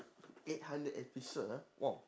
eight hundred episode ah !wah!